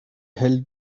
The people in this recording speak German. hell